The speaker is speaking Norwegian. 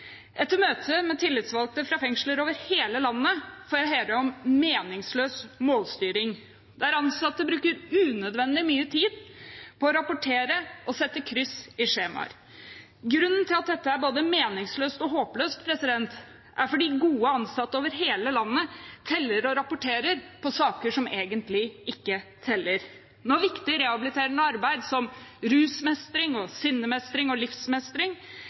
Etter møter med tillitsvalgte fra fengsler over hele landet får jeg høre om meningsløs målstyring, der ansatte bruker unødvendig mye tid på å rapportere og sette kryss i skjemaer. Grunnen til at dette er både meningsløst og håpløst, er at gode ansatte over hele landet teller og rapporterer på saker som egentlig ikke teller. Når viktig rehabiliterende arbeid som rusmestring, sinnemestring og livsmestring